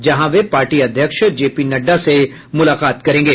जहां वे पार्टी अध्यक्ष जे पी नड्डा से मुलाकात करेंगे